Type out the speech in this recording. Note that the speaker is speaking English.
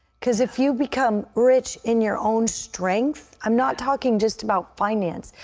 because if you become rich in your own strength i'm not talking just about finances.